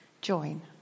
join